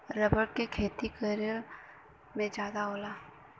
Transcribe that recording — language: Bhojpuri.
रबर के खेती केरल में जादा होला